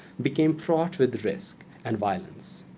became fraught with risk and violence.